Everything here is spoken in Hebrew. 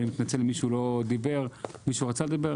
ואני מתנצל אם מישהו לא דיבר, מישהו רצה לדבר.